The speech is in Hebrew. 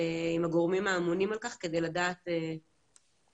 עם הגורמים האמונים על כך כדי לתת תשובה שהיא קצת יותר נחרצת.